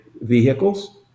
vehicles